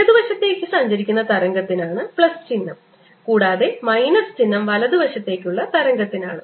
ഇടതുവശത്തേക്ക് സഞ്ചരിക്കുന്ന തരംഗത്തിനാണ് പ്ലസ് ചിഹ്നം കൂടാതെ മൈനസ് ചിഹ്നം വലതുവശത്തേക്കുള്ള തരംഗത്തിനാണ്